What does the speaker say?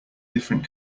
different